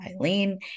Eileen